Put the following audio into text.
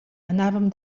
anàvem